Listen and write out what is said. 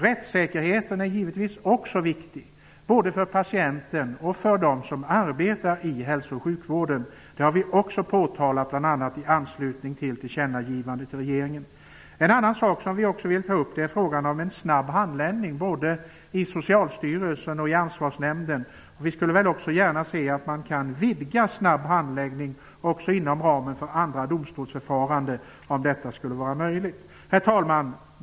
Rättssäkerheten är givetvis också viktig, både för patienten och för de som arbetar i hälso och sjukvården. Det har vi också påtalat i anslutning till tillkännagivandet till regeringen. Vi vill också ta upp frågan om en snabb handläggning, både i Socialstyrelsen och i Ansvarsnämnden. Vi skulle också gärna se att man vidgar detta med en snabb handläggning också inom ramen för andra domstolsförfaranden, om nu det är möjligt. Herr talman!